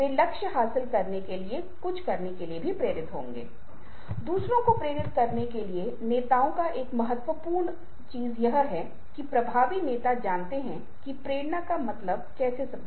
नाट्यशास्त्र ये पहले से ही अच्छी तरह से संहिताबद्ध हैं और हमारे पास एक बहुत ही रोचक वर्गीकरण है लोकोद्मर्मी और नाट्यधर्मियों और लोकोधर्मी द्वारा हमारा मतलब है कि जो स्वाभाविक है